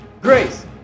Grace